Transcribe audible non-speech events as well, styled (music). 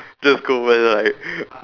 just go over there and like (laughs)